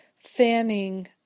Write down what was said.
fanning